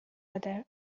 other